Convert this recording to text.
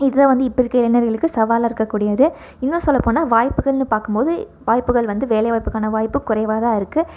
இதுதான் இப்போ இருக்கிற இளைஞர்களுக்கு சவாலாக இருக்கக்கூடியது இன்னும் சொல்ல போனால் வாய்ப்புகள்னு பார்க்கும்போது வாய்ப்புகள் வந்து வேலைவாய்ப்புக்கான வாய்ப்பு வந்து குறைவாகதான் இருக்குது